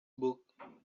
book